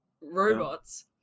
robots